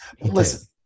Listen